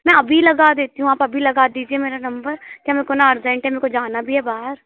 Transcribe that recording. मैं अभी लगा देती हूँ आप अभी लगा दीजिए मेरा नम्बर क्या मेरे को ना अर्जेंट है मेरे को जाना भी है बाहर